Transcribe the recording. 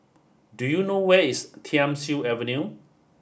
do you know where is Thiam Siew Avenue